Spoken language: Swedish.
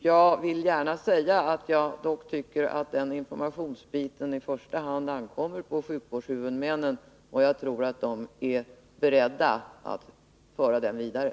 Jag vill säga att jag anser att ansvaret för informationen i första hand vilar på sjukvårdshuvudmännen, och jag tror att de är beredda att ta det ansvaret.